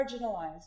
marginalized